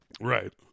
Right